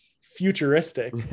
futuristic